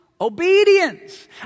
Obedience